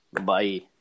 Bye